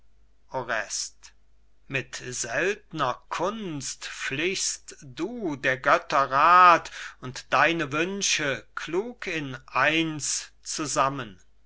mit seltner kunst flichtst du der götter rath und deine wünsche klug in eins zusammen